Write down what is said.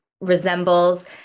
resembles